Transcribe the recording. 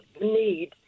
need